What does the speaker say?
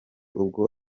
ubwo